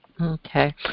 Okay